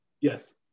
yes